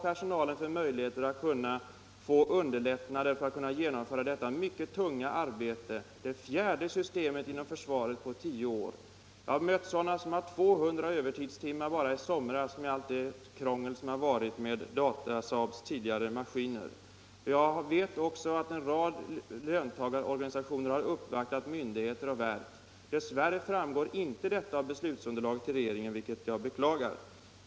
Vilka möjligheter har personalen att få lättnader för att genomföra detta mycket tunga arbete, det fjärde systemet inom försvaret på tio år? Jag har mött anställda som haft 200 övertidstimmar bara i sommar med allt det krångel som har varit med Datasaab:s tidigare maskiner. Jag vet också att en rad löntagarorganisationer har uppvaktat myndigheter och verk. Dess värre framgår detta inte av beslutsunderlaget i regeringen, vilket jag beklagar.